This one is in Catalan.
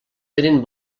tenen